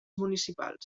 municipals